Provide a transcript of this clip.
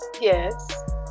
Yes